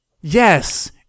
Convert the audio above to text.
Yes